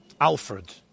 Alfred